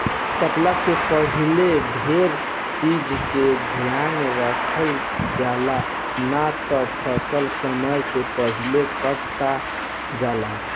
कटला से पहिले ढेर चीज के ध्यान रखल जाला, ना त फसल समय से पहिले कटा जाला